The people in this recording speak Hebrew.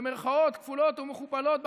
במירכאות כפולות ומכופלות,